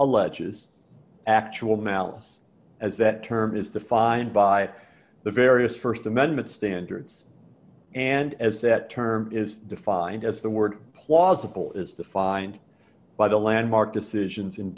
alleges actual malice as that term is defined by the various st amendment standards and as that term is defined as the word plausible is defined by the landmark decisions in